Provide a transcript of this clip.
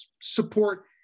support